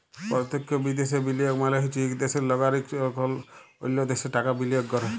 পরতখ্য বিদ্যাশে বিলিয়গ মালে হছে ইক দ্যাশের লাগরিক যখল অল্য দ্যাশে টাকা বিলিয়গ ক্যরে